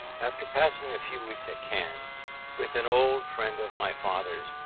after passing a few weeks at caen with an old friend of my father's,